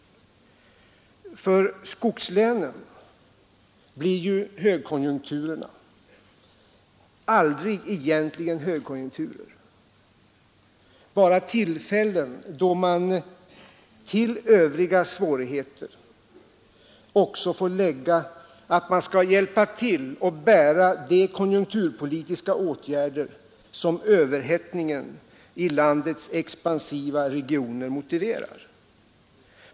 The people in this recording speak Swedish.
För skogslänens del blir högkonjunkturerna egentligen aldrig några högkonjunkturer, utan de blir endast tillfällen då man till övriga svårigheter också måste lägga att man får hjälpa till att bära de konjunkturpolitiska åtgärder som överhettningen i landets expansiva regioner motiverar.